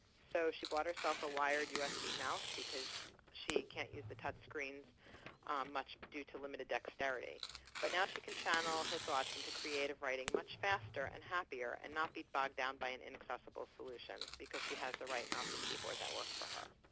so she bought herself a wired usd mouse because she cannot use the touchscreens much due to limited dexterity but now she can channel her thoughts into creative writing much faster and happier and not be bogged down by an inaccessible solution because she has the right mouse and keyboard that work for her.